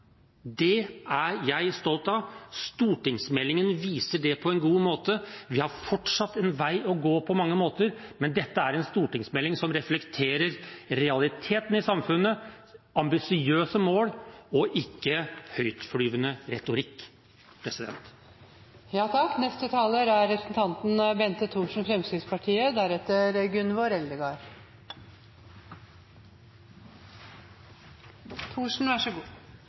Det er jeg stolt av. Stortingsmeldingen viser det på en god måte. Vi har fortsatt en vei å gå på mange måter, men dette er en stortingsmelding som reflekterer realitetene i samfunnet – ambisiøse mål, ikke høytflyvende retorikk.